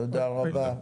תודה רבה.